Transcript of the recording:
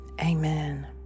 Amen